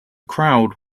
crowd